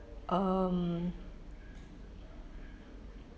um